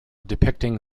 depicting